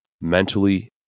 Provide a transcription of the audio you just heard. mentally